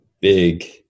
big